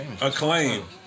Acclaim